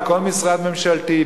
בכל משרד ממשלתי,